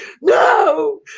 no